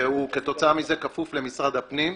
והוא כתוצאה מזה כפוף למשרד הפנים.